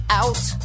out